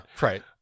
Right